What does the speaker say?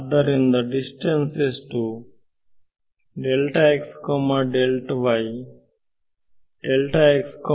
ಆದ್ದರಿಂದ ಡಿಸ್ಟೆನ್ಸ್ ಎಷ್ಟು